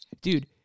Dude